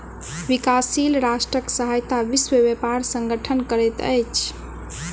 विकासशील राष्ट्रक सहायता विश्व व्यापार संगठन करैत अछि